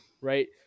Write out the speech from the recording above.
right